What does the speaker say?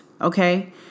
Okay